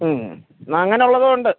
മ്മ് എന്നാൽ അങ്ങനെ ഉള്ളതും ഉണ്ട്